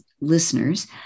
listeners